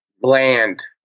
bland